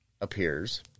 appears